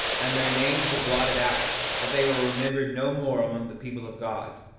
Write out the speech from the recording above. and their names were blotted out, that they were remembered no more among the people of god.